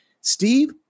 steve